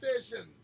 station